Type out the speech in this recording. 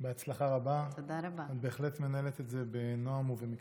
בהצלחה רבה, את בהחלט מנהלת את זה בנועם ובהצלחה.